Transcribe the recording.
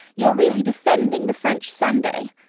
you're really defending the french sunday?